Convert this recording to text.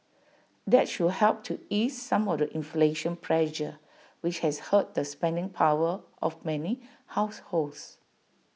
that should help to ease some of the inflation pressure which has hurt the spending power of many households